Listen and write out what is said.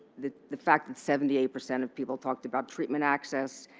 the the fact that seventy eight percent of people talked about treatment access,